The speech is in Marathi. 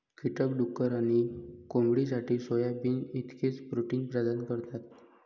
कीटक डुक्कर आणि कोंबडीसाठी सोयाबीन इतकेच प्रोटीन प्रदान करतात